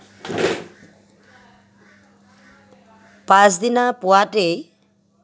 পাছদিনা পুৱাতেই